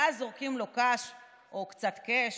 ואז זורקים לו קש או קצת cash,